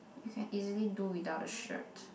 you can easily do without a shirt